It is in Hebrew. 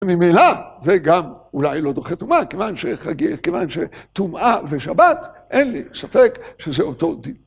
ממילא זה גם אולי לא דוחה טומאה, כיוון שחג... כיוון שטומאה ושבת, אין לי ספק שזה אותו דין.